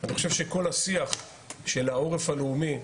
אני חושב שכל השיח של העורף הלאומי,